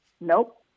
nope